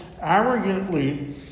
arrogantly